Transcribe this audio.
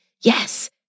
yes